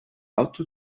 auto